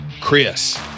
Chris